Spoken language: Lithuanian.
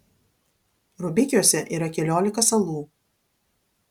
rubikiuose yra keliolika salų